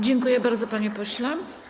Dziękuję bardzo, panie pośle.